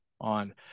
on